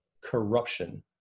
corruption